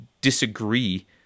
disagree